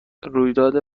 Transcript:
رویداد